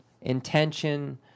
intention